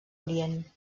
orient